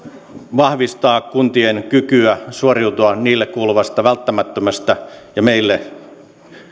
vahvistaa kuntien kykyä suoriutua niille kuuluvasta meille